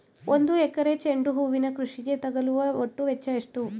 ಒಂದು ಎಕರೆ ಚೆಂಡು ಹೂವಿನ ಕೃಷಿಗೆ ತಗಲುವ ಒಟ್ಟು ವೆಚ್ಚ ಎಷ್ಟು?